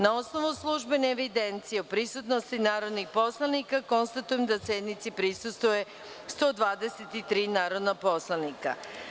Na osnovu službene evidencije o prisutnosti narodnih poslanika, konstatujem da sednici prisustvuje 123 narodna poslanika.